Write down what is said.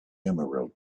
emerald